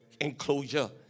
enclosure